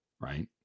right